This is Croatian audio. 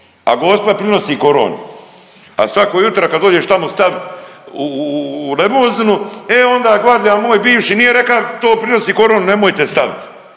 a Gospa prenosi koronu. A svako jutro kad dođeš tamo stavit u lemojzinu, e onda gvardijan moj bivši nije reka to prinosi koronu nemojte stavit.